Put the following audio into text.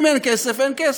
אם אין כסף, אין כסף.